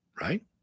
right